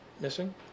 missing